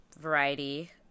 variety